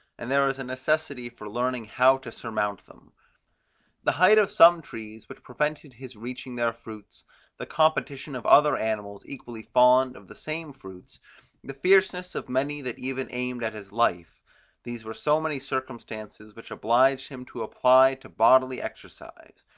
and there was a necessity for learning how to surmount them the height of some trees, which prevented his reaching their fruits the competition of other animals equally fond of the same fruits the fierceness of many that even aimed at his life these were so many circumstances, which obliged him to apply to bodily exercise.